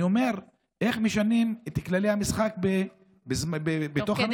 אני אומר, איך משנים את כללי המשחק תוך כדי